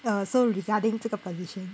err so regarding 这个 position